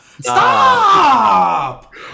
Stop